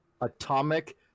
atomic